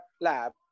lab